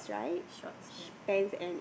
shorts ya